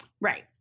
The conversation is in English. Right